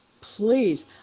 please